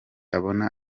abona